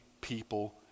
people